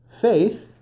Faith